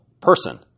person